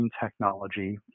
technology